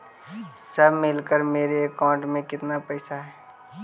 सब मिलकर मेरे अकाउंट में केतना पैसा है?